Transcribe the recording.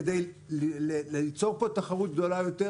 כדי ליצור פה תחרות גדולה יותר,